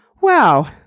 wow